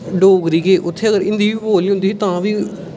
डोगरी गी उत्थें अगर हिंदी बी बोलनी होंदी ही तां बी